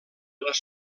les